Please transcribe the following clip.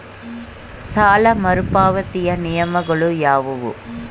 ಸಾಲ ಮರುಪಾವತಿಯ ನಿಯಮಗಳು ಯಾವುವು?